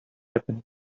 happened